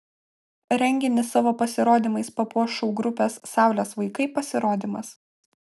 renginį savo pasirodymais papuoš šou grupės saulės vaikai pasirodymas